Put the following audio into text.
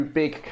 big